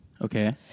Okay